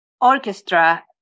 orchestra